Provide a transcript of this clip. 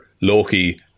Loki